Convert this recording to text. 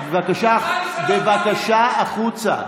בבקשה, החוצה.